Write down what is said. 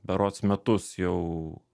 berods metus jau